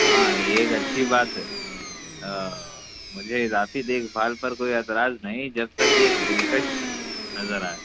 ہاں یہ ایک اچھی بات ہے مجھے ذاتی دیکھ بھال پر کوئی اعتراض نہیں جب تک یہ دِلکش نظر آئے